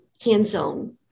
hands-on